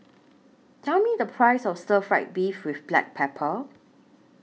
Tell Me The Price of Stir Fry Beef with Black Pepper